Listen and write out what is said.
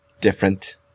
different